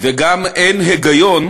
וגם אין היגיון